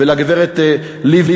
ולגברת לבני,